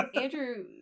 Andrew